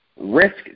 Risk